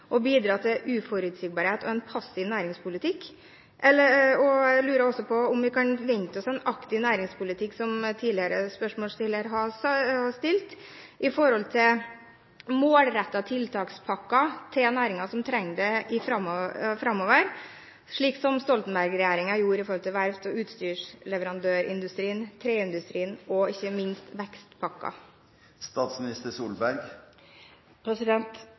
bidra til uforutsigbarhet og en passiv næringspolitikk? Jeg lurer også på om vi kan forvente oss en aktiv næringspolitikk, som tidligere spørsmålsstiller har spurt om, med målrettede tiltakspakker til næringer som trenger det framover, slik som Stoltenberg-regjeringen gjorde med verfts- og utstyrsleverandørindustrien, treindustrien og ikke minst